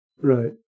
right